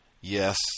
Yes